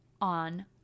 on